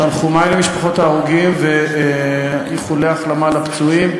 תנחומי למשפחות ההרוגים ואיחולי החלמה לפצועים.